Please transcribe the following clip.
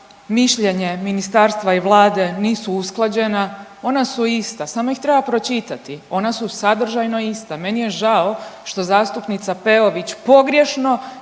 mišljenje ministarstva i Vlade nisu usklađena. Ona su ista, samo ih treba pročitati. Ona su sadržajno ista. Meni je žao što zastupnica Peović pogrješno